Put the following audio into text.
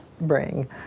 bring